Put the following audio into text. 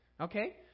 okay